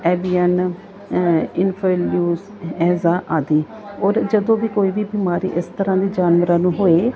avian influenza ਆਦਿ ਔਰ ਜਦੋਂ ਵੀ ਕੋਈ ਵੀ ਬਿਮਾਰੀ ਇਸ ਤਰ੍ਹਾਂ ਦੀ ਜਾਨਵਰਾਂ ਨੂੰ ਹੋਏ